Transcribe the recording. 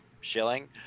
shilling